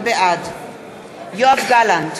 בעד יואב גלנט,